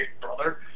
brother